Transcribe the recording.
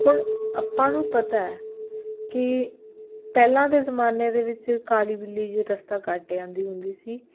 ਹੁਣ ਆਪਾਂ ਨੂੰ ਪਤਾ ਹੈ ਕਿ ਪਹਿਲਾਂ ਦੇ ਜ਼ਮਾਨੇ ਦੇ ਵਿੱਚ ਕਾਲੀ ਬਿੱਲੀ ਜੇ ਰਸਤਾ ਕੱਟ ਜਾਂਦੀ ਹੁੰਦੀ ਸੀ